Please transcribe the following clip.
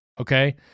okay